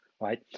right